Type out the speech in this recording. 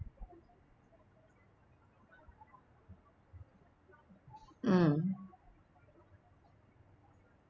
mm